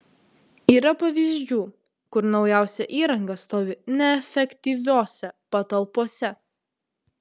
yra pavyzdžių kur naujausia įranga stovi neefektyviose patalpose